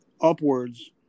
upwards